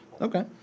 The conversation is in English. Okay